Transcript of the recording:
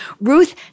Ruth